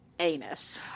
Anus